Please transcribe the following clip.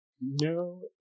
No